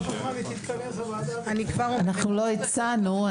אנחנו לא הצענו.